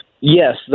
Yes